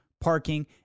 parking